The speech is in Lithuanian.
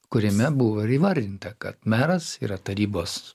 kuriame buvo ir įvardinta kad meras yra tarybos